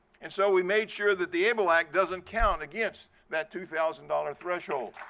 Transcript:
and so we made sure that the able act doesn't count against that two thousand dollars threshold.